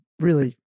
really-